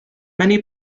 many